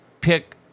pick